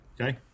Okay